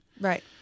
Right